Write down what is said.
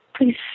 Please